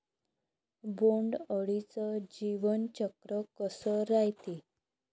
बोंड अळीचं जीवनचक्र कस रायते?